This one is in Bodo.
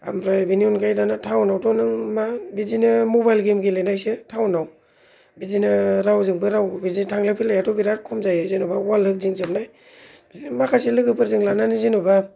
ओमफ्राय बिनि अनगायै दाना थाउन आवथ' मा बिदिनो मबाइल गेम गेलेनायसो थाउनाव बिदिनो रावजोंबो राव थांलाय फैलाया बिरात खम जायो जेन'बा वाल होगदिंजोबनाय माखासे लोगोफोरजों लानानै जेन'बा